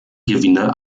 gewinner